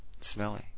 smelly